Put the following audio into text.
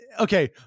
Okay